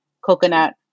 coconut